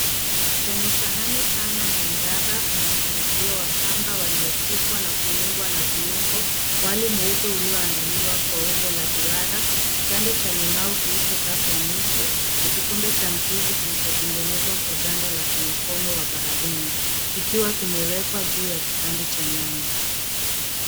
Kwenye sahani pana ya mraba, kuna mpangilio wa kamba waliopikwa na kuungwa na viungo, wali mweupe ulioandaliwa kwa umbo la duara, kipande cha limau kilichokatwa nusu na kikombe cha mchuzi kilichotengenezwa kwa ganda la konokono wa baharini kikiwa kimewekwa juu ya kipande cha nyanya.